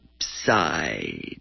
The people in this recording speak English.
side